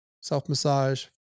self-massage